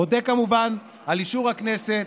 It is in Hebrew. אודה כמובן על אישור הכנסת